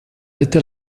était